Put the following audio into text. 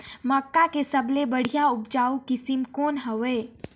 मक्का के सबले बढ़िया उपजाऊ किसम कौन हवय?